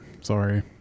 Sorry